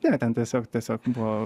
ne ten tiesiog tiesiog buvo